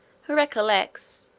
who recollects,